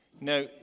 Now